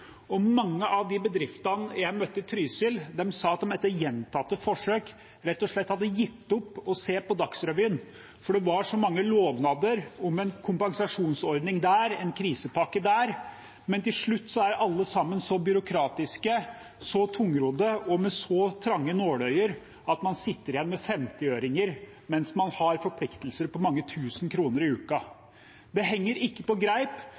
Mange av de bedriftene jeg møtte i Trysil, sa at de etter gjentatte forsøk rett og slett hadde gitt opp å se på Dagsrevyen, for det var så mange lovnader om en kompensasjonsordning der, en krisepakke der, men til slutt er alle sammen så byråkratiske, så tungrodde og med så trange nåløyer, at man sitter igjen med femtiøringer mens man har forpliktelser på mange tusen kroner i uken. Det henger ikke på greip.